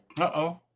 Uh-oh